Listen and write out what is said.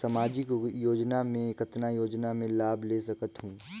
समाजिक योजना मे कतना योजना मे लाभ ले सकत हूं?